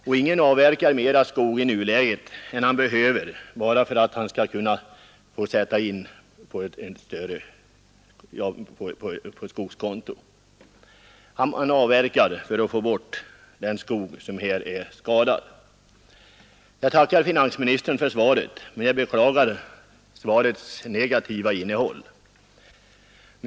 Och ingen avverkar mera skog i nuläget än han behöver, bara för att få sätta in pengar på skogskonto. Han avverkar för att få bort den skog som är skadad. Jag tackar finansministern för svaret, men jag beklagar svarets negativa innehåll.